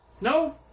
No